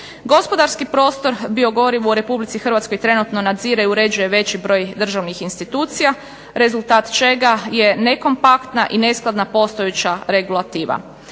Gospodarski prostor biogoriva u Hrvatskoj trenutno nadzire i uređuje veći broj državnih institucija rezultat čega je nekompaktna i neskladna postojeća regulativa.